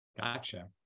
Gotcha